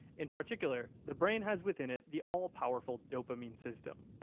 in particular, the brain has within it the all powerful dopamine system.